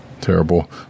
terrible